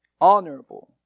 Honorable